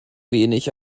wenig